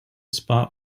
spot